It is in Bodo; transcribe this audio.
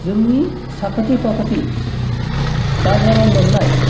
जोंनि साखाथि फाखाथि बाजाराव मोननाय